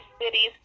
cities